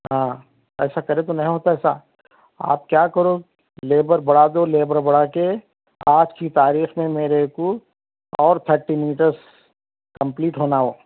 ہاں ایسا کرے تو نہیں ہوتا ایسا آپ کیا کرو لیبر بڑھا دو لیبر بڑھا کے آج کی تاریخ میں میرے کو اور تھٹی میٹرس کمپلیٹ ہونا وہ